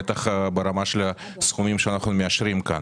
בטח ברמה של הסכומים שאנחנו מאשרים כאן.